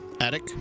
attic